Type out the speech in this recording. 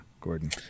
Gordon